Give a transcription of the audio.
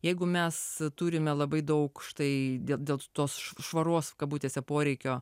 jeigu mes turime labai daug štai dėl tos švaros kabutėse poreikio